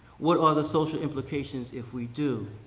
what are the social implications if we do?